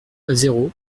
zéro